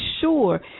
sure